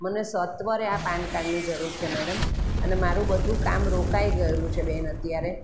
મને સત્વરે આ પાન કાર્ડની જરૂર છે મેડમ અને મારું બધું કામ રોકાઈ ગયેલું છે બેન અત્યારે